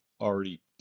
already